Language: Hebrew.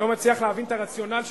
אני לא מצליח להבין את הרציונל של